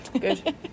good